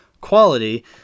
quality